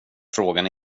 frågan